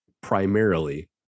primarily